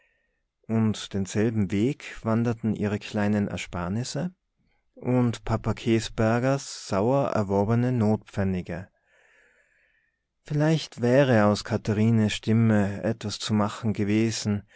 und denselben weg wanderten ihre kleinen ersparnisse und papa käsbergers sauer erworbene notpfennige vielleicht wäre aus katharines stimme etwas zu machen gewesen